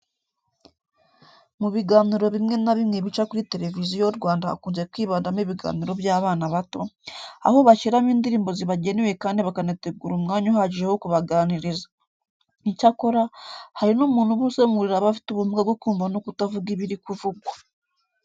Mu biganiro bimwe na bimwe bica kuri Televiziyo Rwanda hakunze kwibandamo ibiganiro by'abana bato, aho bashyiramo indirimbo zibagenewe kandi bakanategura umwanya uhagije wo kubaganiriza. Icyakora, hari n'umuntu uba usemurira abafite ubumuga bwo kumva no kutavuga ibiri kuvugwa.